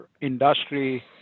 industry